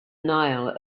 nile